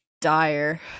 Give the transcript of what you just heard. dire